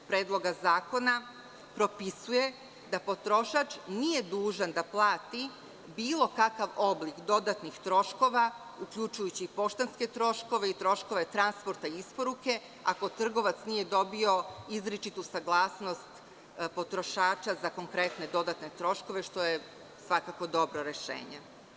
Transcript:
Predloga zakona propisuje da potrošač nije dužan da plati bilo kakav oblik dodatnih troškova, uključujući poštanske troškove i troškove transporta i isporuke, ako trgovac nije dobio izričitu saglasnost potrošača za konkretne dodatne troškove, što je svakako dobro rešenje.